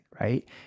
right